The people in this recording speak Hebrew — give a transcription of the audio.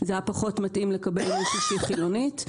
היה פחות מתאים לקבל מישהי שהיא חילונית.